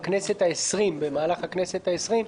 לשנות חוק יסוד בכנסת כדי להכניס מצלמות.